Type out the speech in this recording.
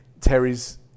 Terry's